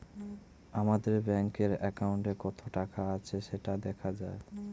আমাদের ব্যাঙ্কের অ্যাকাউন্টে কত টাকা আছে সেটা দেখা যায়